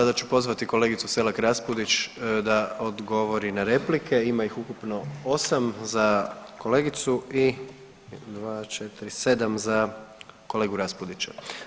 Sada ću pozvati kolegicu Selak Raspudić da odgovori na replike, ima ih ukupno 8 za kolegicu i 2, 4, 7 za kolegu Raspudića.